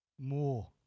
more